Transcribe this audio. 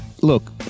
look